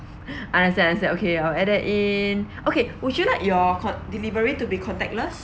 understand understand okay I'll add that in okay would you like your co~ delivery to be contactless